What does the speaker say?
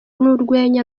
n’urwenya